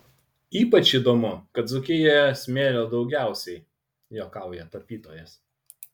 ypač įdomu kad dzūkijoje smėlio daugiausiai juokauja tapytojas